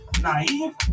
naive